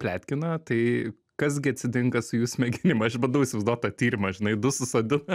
pletkina tai kas gi atsitinka su jų smegenim aš bandau įsivaizduot tą tyrimą žinai du susodina